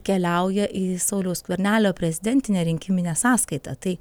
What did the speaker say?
keliauja į sauliaus skvernelio prezidentinę rinkiminę sąskaitą tai